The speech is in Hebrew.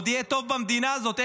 עוד יהיה טוב במדינה הזאת,